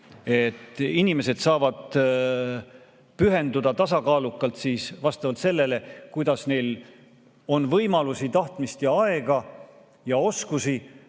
inimesed saavad pühenduda tasakaalukalt vastavalt sellele, kuidas neil on võimalusi, tahtmist, aega ja oskusi